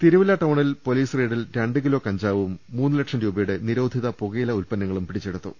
തിരുവല്ല ടൌണിൽ പൊലീസ് റെയ്ഡിൽ രണ്ടു കിലോ കഞ്ചാവും മൂന്ന് ലക്ഷം രൂപയുടെ നിരോധിത പുകയില ഉൽപ്പന്നങ്ങളും പിടി ച്ചെടുത്തു